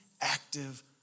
active